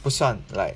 不算 like